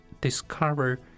discover